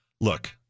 Look